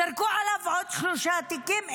זרקו עליו עוד שלושה תיקים,